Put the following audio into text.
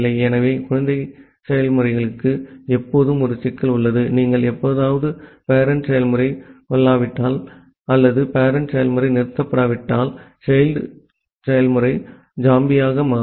ஆகவே குழந்தை செயல்முறைகளுக்கு எப்போதுமே ஒரு சிக்கல் உள்ளது நீங்கள் எப்போதாவது பேரெண்ட் செயல்முறை கொல்லப்பட்டால் அல்லது பேரெண்ட் செயல்முறை நிறுத்தப்பட்டால் child செயல்முறை ஜாம்பியாக மாறும்